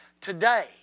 Today